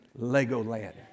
Legoland